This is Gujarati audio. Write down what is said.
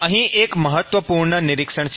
અહીં એક મહત્વપૂર્ણ નિરીક્ષણ છે